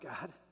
God